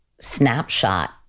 snapshot